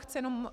Chci jenom